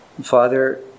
Father